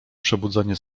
przebudzenie